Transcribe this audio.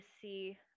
see